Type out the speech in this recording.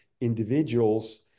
individuals